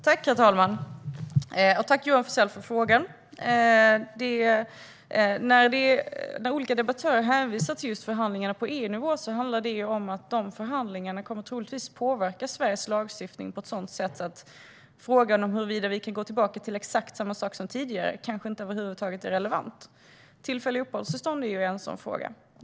Herr talman! Tack, Johan Forssell, för frågan! När olika debattörer hänvisar till förhandlingarna på EU-nivå handlar det om att dessa förhandlingar troligtvis kommer att påverka Sveriges lagstiftning på ett sådant sätt att frågan huruvida vi kan gå tillbaka till exakt samma sak som tidigare kanske över huvud taget inte är relevant. Tillfälliga uppehållstillstånd är en sådan sak.